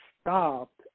stopped